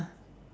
ah